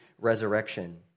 resurrection